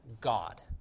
God